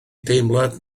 deimlad